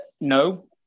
No